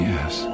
Yes